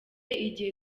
igihe